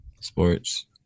Sports